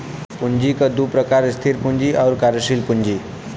पूँजी क दू प्रकार स्थिर पूँजी आउर कार्यशील पूँजी